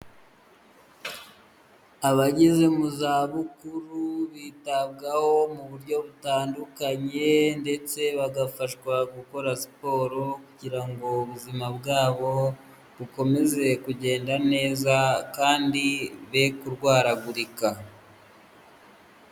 Abageze mu zabukuru bitabwaho mu buryo butandukanye, ndetse bagafashwa gukora siporo, kugira ngo ubuzima bwabo bukomeze kugenda neza, kandi be kurwaragurika.